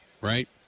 right